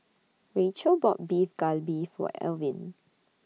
Rachael bought Beef Galbi For Alvin